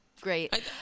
great